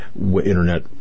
internet